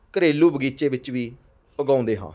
ਘਰੇਲੂ ਬਗੀਚੇ ਵਿੱਚ ਵੀ ਉਗਾਉਂਦੇ ਹਾਂ